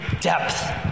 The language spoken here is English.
Depth